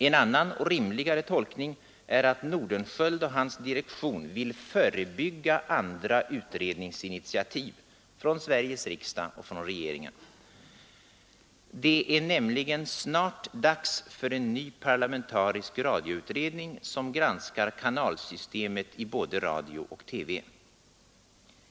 En annan och rimligare tolkning är att Nordenskiöld och hans direktion vill förebygga andra utredningsinitiativ — från Sveriges riksdag och från regeringen. Det är nämligen snart dags för en ny parlamentarisk radioutredning, som granskar kanalsystemet i både radio och TV.